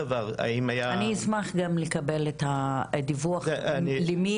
אני אשמח גם לקבל את הדיווח, מי